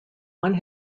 one